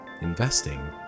investing